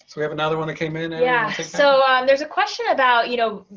we have another one that came in and. yeah. so um there's a question about, you know,